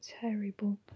terrible